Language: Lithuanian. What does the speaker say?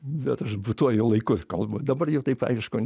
bet aš būtuoju laiku kalbu dabar jau taip aišku